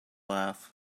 laugh